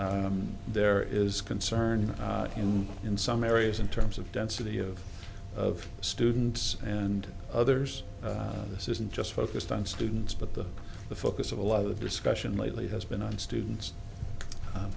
there is concern in in some areas in terms of density of of students and others this isn't just focused on students but that the focus of a lot of the discussion lately has been on students